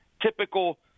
typical